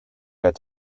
get